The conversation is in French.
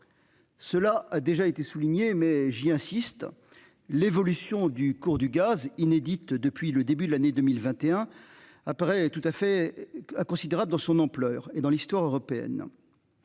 Cela a déjà été souligné mais j'y insiste, l'évolution du cours du gaz inédite depuis le début de l'année 2021. Après tout à fait considérable dans son ampleur et dans l'histoire européenne.